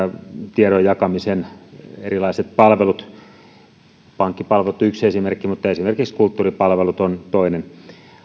tiedon jakamisen erilaiset palvelut pankkipalvelut on yksi esimerkki mutta esimerkiksi kulttuuripalvelut on toinen